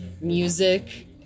music